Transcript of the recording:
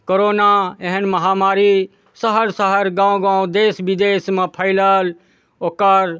corona एहन महामारी शहर शहर गाम गाम देश विदेशमे फैलल ओकर